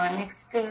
next